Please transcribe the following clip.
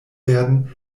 werden